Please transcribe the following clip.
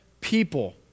people